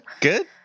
Good